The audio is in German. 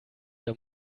der